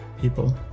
people